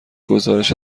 گزارش